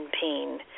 pain